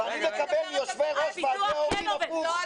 ואני מקבל מיושבי-ראש ועדי הורים הפוך.